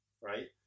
Right